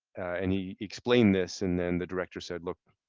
and he explained this and then the director said, look,